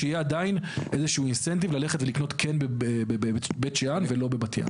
שיהיה עדיין איזשהו תמריץ ללכת ולקנות כן בבית שאן ולא בבת ים.